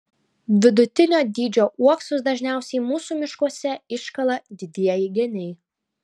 vidutinio dydžio uoksus dažniausiai mūsų miškuose iškala didieji geniai